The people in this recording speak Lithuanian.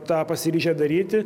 tą pasiryžę daryti